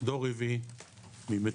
דור רביעי ממטולה,